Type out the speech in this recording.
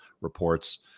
reports